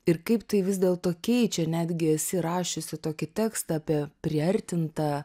ir kaip tai vis dėlto keičia netgi esi rašiusi tokį tekstą apie priartintą